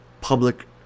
public